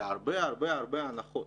זה הרבה-הרבה-הרבה הנחות.